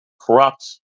corrupt